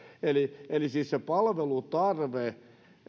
eli eli siis palvelutarve